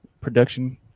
production